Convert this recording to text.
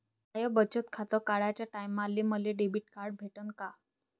माय बचत खातं काढाच्या टायमाले मले डेबिट कार्ड भेटन का?